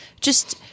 just-